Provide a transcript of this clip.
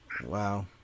Wow